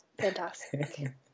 fantastic